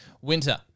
Winter